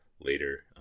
later